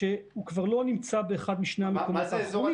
שכבר לא נמצא באחד משני המקומות האחרונים,